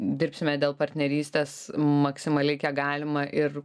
dirbsime dėl partnerystės maksimaliai kiek galima ir